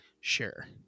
Sure